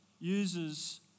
uses